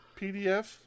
PDF